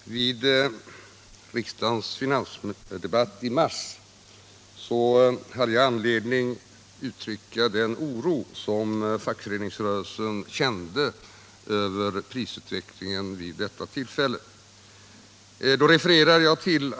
Herr talman! Under riksdagens finansdebatt i mars hade jag anledning uttrycka den oro som fackföreningsrörelsen kände över prisutvecklingen vid det tillfället. Då refererade jag till